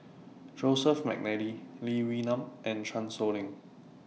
Joseph Mcnally Lee Wee Nam and Chan Sow Lin